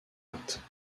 acte